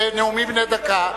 בנאומים בני דקה.